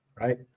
right